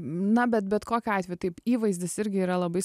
na bet bet kokiu atveju taip įvaizdis irgi yra labai